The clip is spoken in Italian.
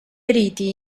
riti